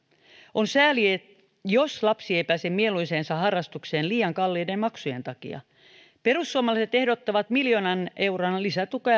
on sääli jos lapsi ei pääse mieluiseensa harrastukseen liian kalliiden maksujen takia perussuomalaiset ehdottavat miljoona euroa lisätukea